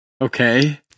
Okay